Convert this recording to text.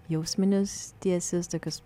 jausminius tiesis tokius